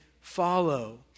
follow